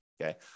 okay